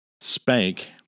spank